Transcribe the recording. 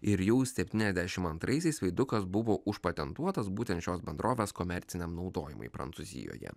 ir jau septyniasdešimt antraisiais veidukas buvo užpatentuotas būtent šios bendrovės komerciniam naudojimui prancūzijoje